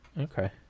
Okay